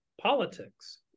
politics